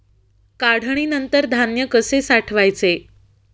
काढणीनंतर धान्य कसे साठवायचे?